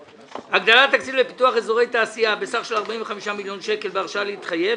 הגדלת תקציב לפיתוח אזורי תעשייה בסך של 45 מיליון שקל בהרשאה להתחייב,